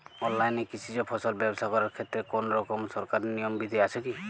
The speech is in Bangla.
অনলাইনে কৃষিজ ফসল ব্যবসা করার ক্ষেত্রে কোনরকম সরকারি নিয়ম বিধি আছে কি?